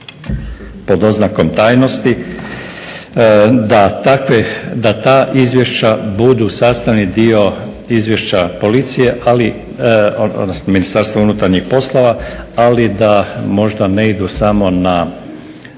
pod oznakom tajnosti, da ta izvješća budu sastavni dio izvješća Policije, odnosno Ministarstva unutarnjih poslova, ali da možda idu samo na